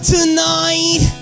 Tonight